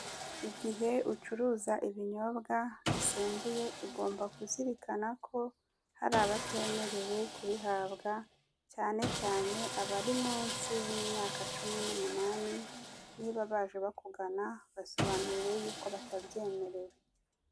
Igihe ucuruza ibinyobwa bisembuye ugomba kuzirikana ko hari abatemerewe kubihabwa cyane cyane abari munsi y'imyaka cumi n'umunani , niba baje bakugana basobanurire yuko batabyemerewe.